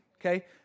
okay